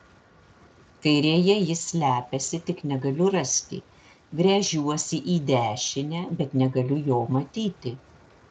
kairėje jis slepiasi tik negaliu rasti gręžiuosi į dešinę bet negaliu jo matyti